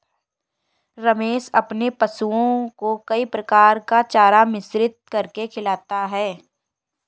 रमेश अपने पशुओं को कई प्रकार का चारा मिश्रित करके खिलाता है